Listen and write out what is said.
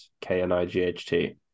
K-N-I-G-H-T